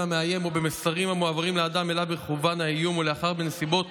המאיים או במסרים המועברים לאדם אליו מכוון האיום או לאחר בנסיבות